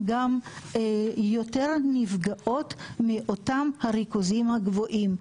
יותר נפגעות מאותם הריכוזים הגבוהים.